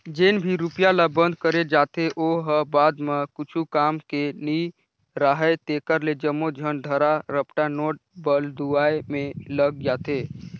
जेन भी रूपिया ल बंद करे जाथे ओ ह बाद म कुछु काम के नी राहय तेकरे ले जम्मो झन धरा रपटा नोट बलदुवाए में लग जाथे